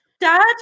Dad